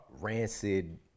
rancid